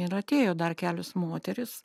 ir atėjo dar kelios moterys